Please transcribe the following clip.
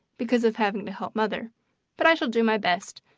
because of having to help mother but i shall do my best,